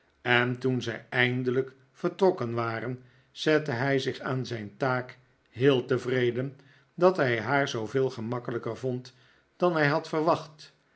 en toen zij eindelijk vertrokken waren zette hij zich aan zijn taak heel tevreden dat hij haar zooveel gemakkelijker vond dan hij had verwacht